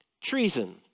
treason